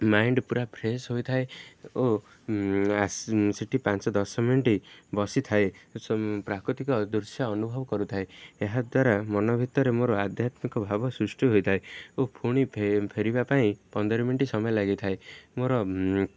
mind ପୁରା fresh ହୋଇଥାଏ ଓ ଆସି ସେଠି ପାଞ୍ଚ ଦଶ ମିନିଟ୍ ବସିଥାଏ ପ୍ରାକୃତିକ ଦୃଶ୍ୟ ଅନୁଭବ କରୁଥାଏ ଏହାଦ୍ୱାରା ମନ ଭିତରେ ମୋର ଆଧ୍ୟାତ୍ମିକ ଭାବ ସୃଷ୍ଟି ହୋଇଥାଏ ଓ ପୁଣି ଫେରିବା ପାଇଁ ପନ୍ଦର ମିନିଟ୍ ସମୟ ଲାଗିଥାଏ ମୋର